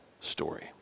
story